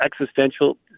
existential